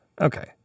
Okay